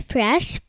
Fresh